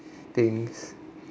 things